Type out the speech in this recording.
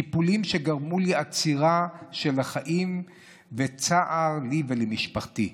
טיפולים שגרמו לי עצירה של החיים וצער לי ולמשפחתי.